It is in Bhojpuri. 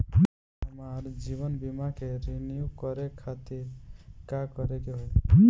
हमार जीवन बीमा के रिन्यू करे खातिर का करे के होई?